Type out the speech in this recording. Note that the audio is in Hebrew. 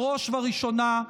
בראש ובראשונה,